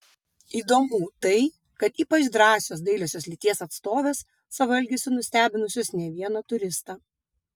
įdomu tai kad ypač drąsios dailiosios lyties atstovės savo elgesiu nustebinusios ne vieną turistą